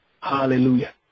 Hallelujah